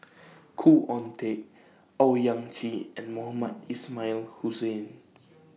Khoo Oon Teik Owyang Chi and Mohamed Ismail Hussain